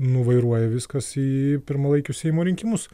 nuvairuoja viskas į pirmalaikius seimo rinkimus